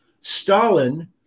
Stalin